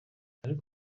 ariko